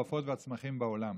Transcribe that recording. העופות והצמחים בעולם.